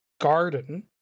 garden